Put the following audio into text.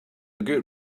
good